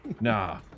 Nah